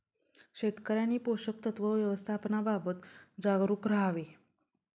शेतकऱ्यांनी पोषक तत्व व्यवस्थापनाबाबत जागरूक राहावे